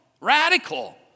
radical